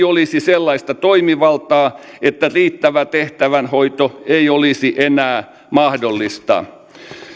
olisi sellaista toimivaltaa että riippumaton tehtävänhoito ei olisi enää mahdollista